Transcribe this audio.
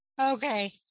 Okay